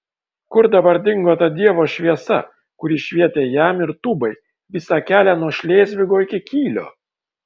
kur dabar dingo ta dievo šviesa kuri švietė jam ir tubai visą kelią nuo šlėzvigo iki kylio